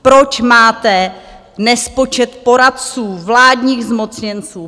Proč máte nespočet poradců, vládních zmocněnců!